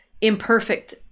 imperfect